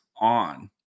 on